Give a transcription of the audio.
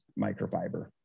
microfiber